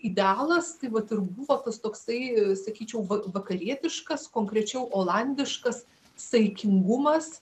idealas tai vat ir buvo tas toksai sakyčiau vakarietiškas konkrečiau olandiškas saikingumas